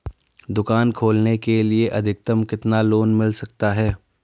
दुकान खोलने के लिए अधिकतम कितना लोन मिल सकता है?